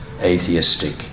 atheistic